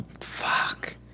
Fuck